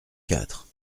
quatre